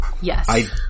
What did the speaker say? Yes